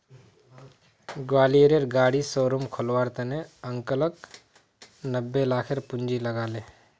ग्वालियरेर गाड़ी शोरूम खोलवार त न अंकलक नब्बे लाखेर पूंजी लाग ले